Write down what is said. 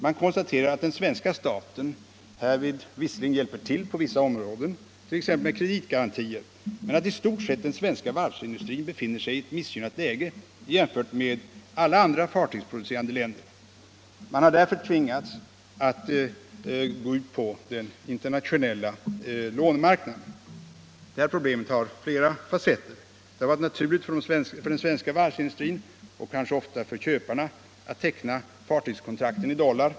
Man konstaterar att den svenska staten härvid visserligen hjälper till på vissa områden, t.ex. med kreditgarantier, men att den svenska varvsindustrin i stort sett befinner sig i ett missgynnat läge i jämförelse med alla andra fartygsproducerande länder. Man har därför tvingats ut på den internationella lånemarknaden. Problemet har flera fasetter. Det har varit naturligt för den svenska varvsindustrin och kanske ofta även för köparna att teckna fartygskontrakten i dollar.